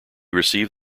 received